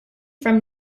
from